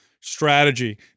strategy